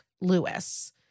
Lewis